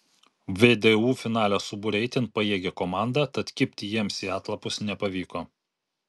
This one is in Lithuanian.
vdu finale subūrė itin pajėgią komandą tad kibti jiems į atlapus nepavyko